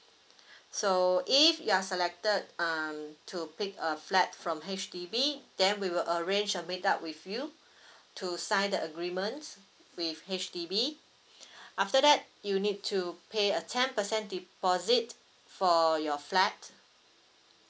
so if you are selected um to pick a flat from H_D_B then we will arrange a meet up with you to sign the agreement with H_D_B after that you need to pay a ten percent deposit for your flat